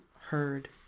heard